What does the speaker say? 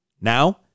Now